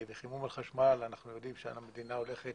ואנחנו יודעים שהמדינה הולכת